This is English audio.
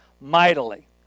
mightily